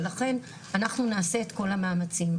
ולכן אנחנו עושים את כל המאמצים,